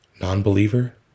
Non-believer